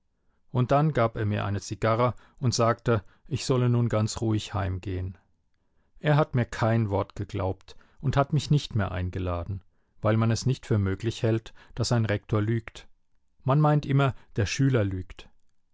und dann gab er mir eine zigarre und sagte ich solle nun ganz ruhig heimgehen er hat mir kein wort geglaubt und hat mich nicht mehr eingeladen weil man es nicht für möglich hält daß ein rektor lügt man meint immer der schüler lügt